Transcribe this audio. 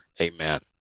Amen